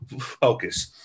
focus